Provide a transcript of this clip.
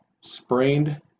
sprained